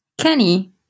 Kenny